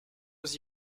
aux